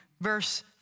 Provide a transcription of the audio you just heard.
verse